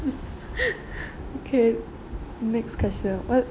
okay next question what's